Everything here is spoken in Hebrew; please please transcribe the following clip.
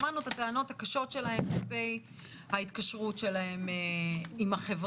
שמענו את הטענות הקשות שלהם כלפי ההתקשרות שלהם עם החברה.